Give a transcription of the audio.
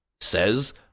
says